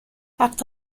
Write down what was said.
وقت